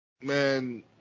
Man